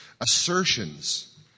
assertions